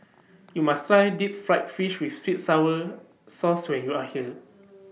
YOU must Try Deep Fried Fish with Sweet Sour Sauce when YOU Are here